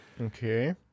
Okay